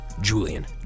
Julian